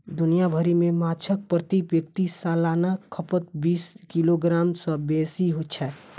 दुनिया भरि मे माछक प्रति व्यक्ति सालाना खपत बीस किलोग्राम सं बेसी छै